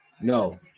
No